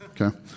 okay